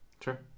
Sure